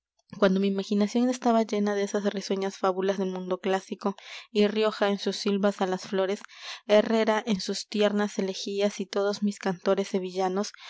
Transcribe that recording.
cuando mi imaginación estaba llena de esas risueñas fábulas del mundo clásico y rioja en sus silvas á las flores herrera en sus tiernas elegías y todos mis cantores sevillanos